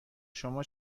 شما